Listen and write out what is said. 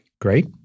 Great